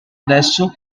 adesso